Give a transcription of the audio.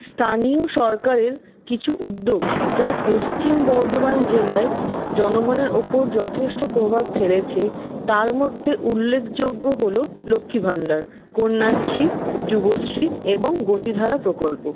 স্থানীয় সরকারের কিছু উদ্যোগ যা পশ্চিম বর্ধমান জেলায় জনগণের ওপর যথেষ্ট প্রভাব ফেলেছে তার মধ্যে উল্লেখযোগ্য হল লক্ষ্মী ভান্ডার কন্যাশ্রী যুবশ্রী এবং গতিধারা প্রকল্প